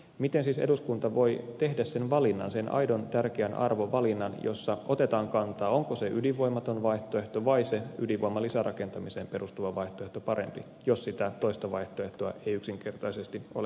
miten siis eduskunta voi tehdä sen valinnan sen aidon tärkeän arvovalinnan jossa otetaan kantaa siihen onko se ydinvoimaton vaihtoehto vai se ydinvoimalisärakentamiseen perustuva vaihtoehto parempi jos sitä toista vaihtoehtoa ei yksinkertaisesti ole selvitetty